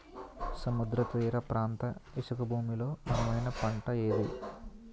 సముద్ర తీర ప్రాంత ఇసుక భూమి లో అనువైన పంట ఏది?